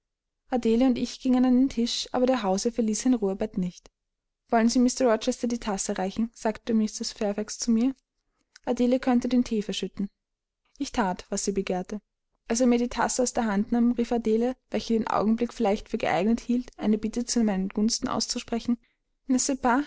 ich gingen an den tisch aber der hausherr verließ sein ruhebett nicht wollen sie mr rochester die tasse reichen sagte mrs fairfax zu mir adele könnte den thee verschütten ich that was sie begehrte als er mir die tasse aus der hand nahm rief adele welche den augenblick vielleicht für geeignet hielt eine bitte zu meinen gunsten auszusprechen